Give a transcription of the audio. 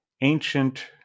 ancient